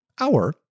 hour